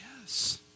yes